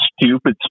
stupid